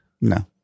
No